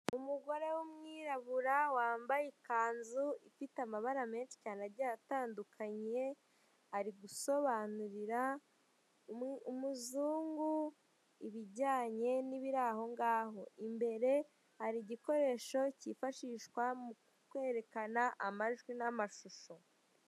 Umugore w'umwirabura wambaye ikanzu ifite amabara menshi cyane agiye atandukanye, ari gusobanurira umuzungu ibijyanye n'ibiri aho ngaho, imbere hari igikoresho cyifashishwa mu kwerekana amajwi n'amashusho.